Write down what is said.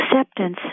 acceptance